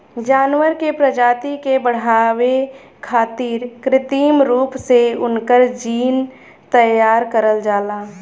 जानवर के प्रजाति के बढ़ावे खारित कृत्रिम रूप से उनकर जीन तैयार करल जाला